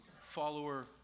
follower